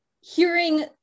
hearing